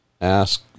Ask